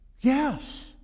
Yes